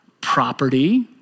property